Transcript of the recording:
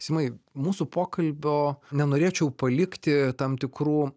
simai mūsų pokalbio nenorėčiau palikti tam tikrų